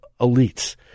elites